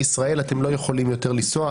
ישראל: אתם לא יכולים יותר לנסוע,